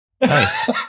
Nice